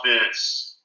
offense –